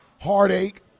heartache